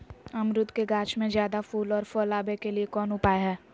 अमरूद के गाछ में ज्यादा फुल और फल आबे के लिए कौन उपाय है?